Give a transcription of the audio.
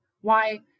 Why—